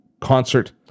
concert